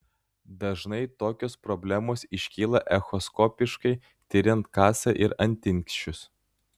dažnai tokios problemos iškyla echoskopiškai tiriant kasą ir antinksčius